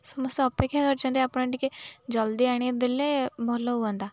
ସମସ୍ତେ ଅପେକ୍ଷା କରିଛନ୍ତି ଆପଣ ଟିକେ ଜଲ୍ଦି ଆଣିଦେଲେ ଭଲ ହୁଅନ୍ତା